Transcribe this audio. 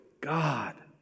God